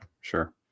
sure